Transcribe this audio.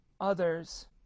others